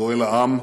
גואל העם,